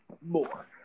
more